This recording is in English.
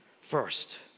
first